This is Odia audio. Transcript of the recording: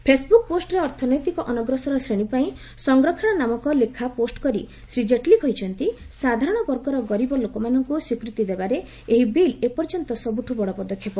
ଫେସ୍ବୁକ୍ ପୋଷ୍ଟରେ ଅର୍ଥନୈତିକ ଅନଗ୍ରସର ଶ୍ରେଣୀ ପାଇଁ ସଂରକ୍ଷଣ ନାମକ ଲେଖା ପୋଷ୍ କରି ଶ୍ରୀ ଜେଟ୍ଲୀ କହିଚ୍ଚନ୍ତି ସାଧାରଣବର୍ଗର ଗରିବ ଲୋକମାନଙ୍କୁ ସ୍ୱୀକୃତି ଦେବାରେ ଏହି ବିଲ୍ ଏପର୍ଯ୍ୟନ୍ତ ସବୁଠୁ ବଡ଼ ପଦକ୍ଷେପ